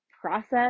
process